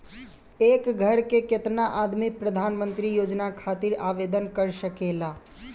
एक घर के केतना आदमी प्रधानमंत्री योजना खातिर आवेदन कर सकेला?